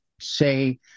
say